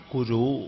Kuru